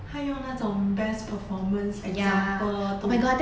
他用那种 best performance example to